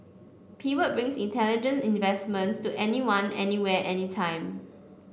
pivot brings intelligent investments to anyone anywhere anytime